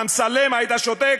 אמסלם, היית שותק?